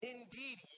Indeed